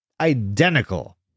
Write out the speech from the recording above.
identical